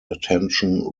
attention